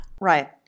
Right